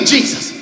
Jesus